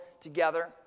together